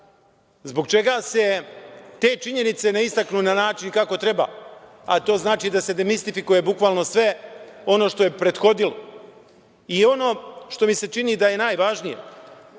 Zbog čega se te činjenice ne istaknu na način kako treba, a to znači da se demistifikuje bukvalno ono sve što je prethodilo. Ono što mi se čini da je najvažnije,